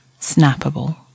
Snappable